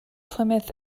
plymouth